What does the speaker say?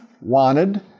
wanted